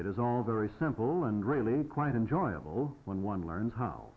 it is all very simple and really quite enjoyable when one learns how